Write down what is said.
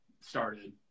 started